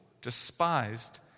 despised